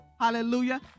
Hallelujah